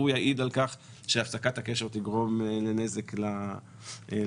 יעיד על כך שהפסקת הקשר תגרום נזק למטופל.